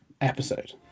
episode